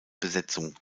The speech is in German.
besetzung